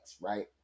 right